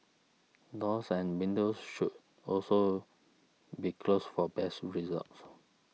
doors and windows should also be closed for best results